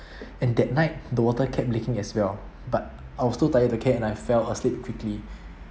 and that night the water kept leaking as well but I was too tired to care and I fell asleep quickly